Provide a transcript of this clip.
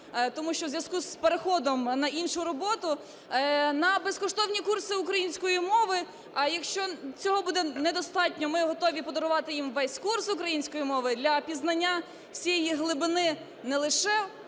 тому що в зв'язку з переходом на іншу роботу, на безкоштовні курси української мови. А якщо цього буде недостатньо, ми готові подарувати їм весь курс української мови для пізнання всієї глибини не лише